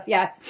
Yes